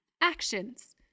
Actions